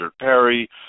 Perry